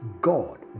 God